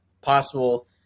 possible